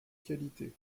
qualité